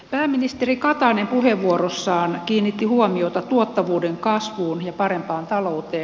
pääministeri katainen puheenvuorossaan kiinnitti huomiota tuottavuuden kasvuun ja parempaan talouteen